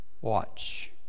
watch